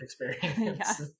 experience